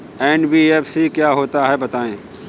NBFC क्या होता है बताएँ?